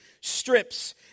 strips